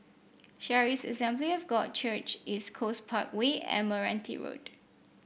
Charis Assembly of God Church East Coast Parkway and Meranti Road